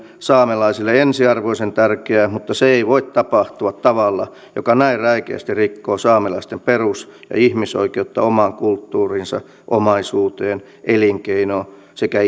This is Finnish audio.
saamelaisille ensiarvoisen tärkeää mutta se ei voi tapahtua tavalla joka näin räikeästi rikkoo saamelaisten perus ja ihmisoikeutta omaan kulttuuriinsa omaisuuteen elinkeinoon sekä